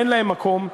אין להן מקום.